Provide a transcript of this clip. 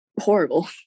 horrible